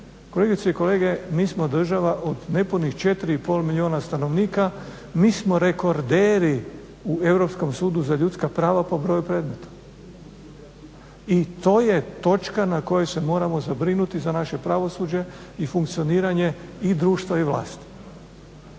Kolegice i kolege, mi smo država od nepunih 4,5 milijuna stanovnika mi smo rekorderi u Europskom sudu za ljudska prava po broju predmeta i to je točka na kojoj se moramo zabrinuti za naše pravosuđe i funkcioniranje i društva i vlasti.